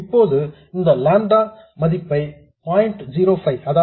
இப்போது நான் இந்த லாம்டா மதிப்பை 0